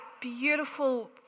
beautiful